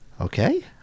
Okay